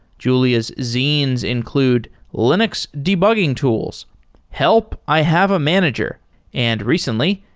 julia's zines include linux debugging tools help! i have a manager and recently,